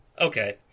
Okay